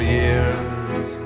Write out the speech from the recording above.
years